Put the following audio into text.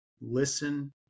listen